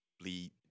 bleed